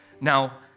Now